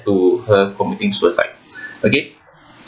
to her committing suicide okay